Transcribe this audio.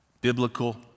biblical